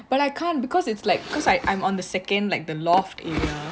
but I can't because it's like cause I I'm on the second like the loft area